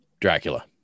Dracula